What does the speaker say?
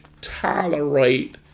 tolerate